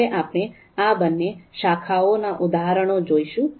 હવે આપણે આ બંને શાખાઓના ઉદાહરણો જોઈશું